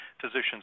physicians